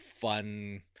fun